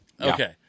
okay